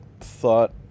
thought